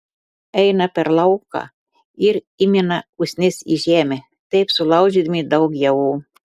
eina per lauką ir įmina usnis į žemę taip sulaužydami daug javų